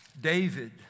David